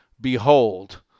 Behold